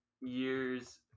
years